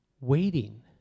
waiting